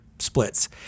Splits